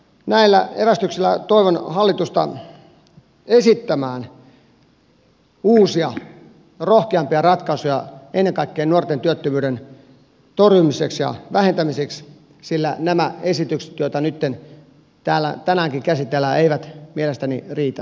näillä evästyksillä toivon hallitusta esittämään uusia rohkeampia ratkaisuja ennen kaikkea nuorten työttömyyden torjumiseksi ja vähentämiseksi sillä nämä esitykset joita nytten täällä tänäänkin käsitellään eivät mielestäni riitä